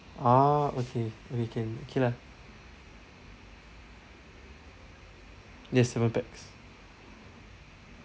ah okay we can okay lah yes seven pax